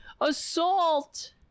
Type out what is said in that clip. Assault